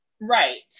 right